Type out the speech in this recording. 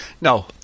no